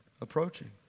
approaching